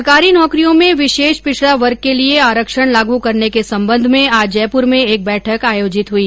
सरकारी नौकरियों में विशेष पिछडा वर्ग के लिए आरक्षण लागू करने के संबंध में आज जयपुर में एक बैठक आयोजित हुई